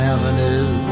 Avenue